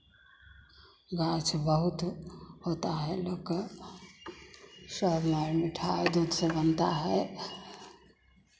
गाछ बहुत होता है लोक का सब मर मिठाई दूध से बनता है